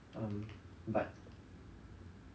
um but